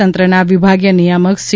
તંત્રના વિભાગીય નિયામક સી